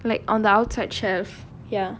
like on the outside shelf ya